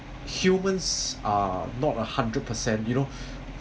humans are not a hundred per cent you know